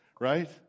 right